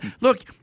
Look